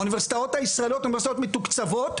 האוניברסיטאות הישראליות הן מתוקצבות,